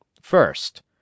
First